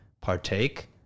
partake